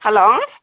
hello